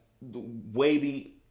wavy